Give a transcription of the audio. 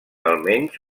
almenys